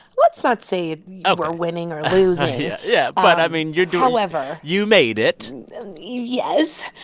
let's not say we're winning or losing yeah yeah. but, i mean, you're. however. you made it yes.